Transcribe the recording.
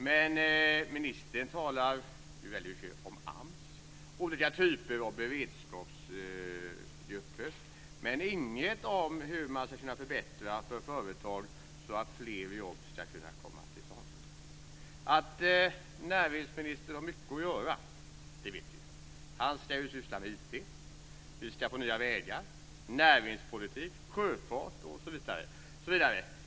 Men ministern talar om AMS och olika typer av beredskapsåtgärder, men han säger ingenting som hur man ska kunna förbättra för företag så att fler jobb ska kunna skapas. Vi vet att näringsministern har mycket att göra. Han ska ju syssla med IT. Vi ska få nya vägar. Han ska bedriva näringspolitik, sjöfartspolitik osv.